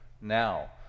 now